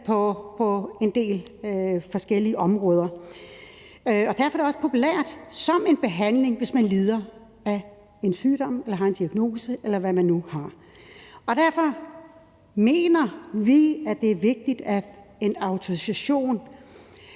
på en del forskellige områder. Derfor er det også populært som en behandling, hvis man lider af en sygdom eller har en diagnose, eller hvad man nu har. Derfor mener vi, at det for det første er vigtigt, at en autorisation